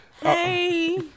Hey